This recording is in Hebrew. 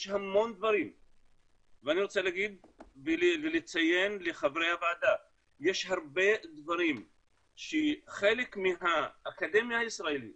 אני רוצה לציין לחברי הוועדה שיש הרבה דברים שחלק מהאקדמיה הישראלית